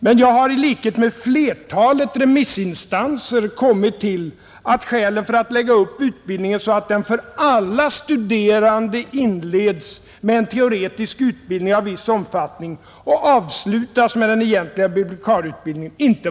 Men jag har i likhet med flertalet remissinstanser kommit fram till att skälen inte är tillräckligt starka för att lägga upp utbildningen så att den för alla studerande inleds med en teoretisk utbildning av viss omfattning och avslutas med den egentliga bibliotekarieutbildningen.